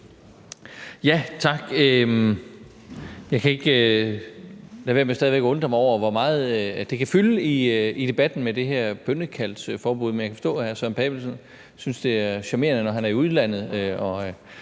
Tak. Jeg kan ikke lade være med stadig væk at undre mig over, hvor meget det kan fylde i debatten med det her bønnekaldsforbud, men jeg kan forstå, at hr. Søren Pape Poulsen synes, det er charmerende, når han er i udlandet